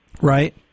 right